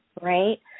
right